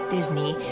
Disney